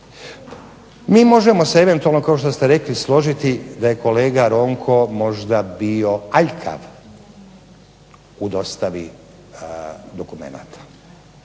Mi možemo se eventualno kao što ste rekli složiti da je kolega Ronko možda bio aljkav u dostavi dokumenata.